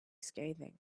scathing